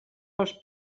pels